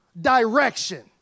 direction